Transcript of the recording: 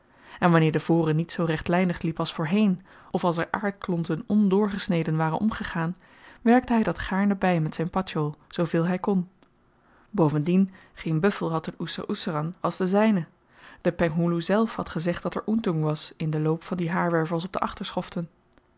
en wanneer de vore niet zoo rechtlynig liep als voorheen of als er aardklonten ondoorgesneden waren omgegaan werkte hy dat gaarne by met zyn patjol zooveel hy kon bovendien geen buffel had een oeser oeseran als de zyne de penghoeloe zelf had gezegd dat er ontong was in den loop van die haarwervels op de